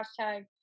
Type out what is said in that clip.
hashtag